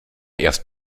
erst